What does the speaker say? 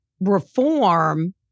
reform